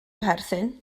perthyn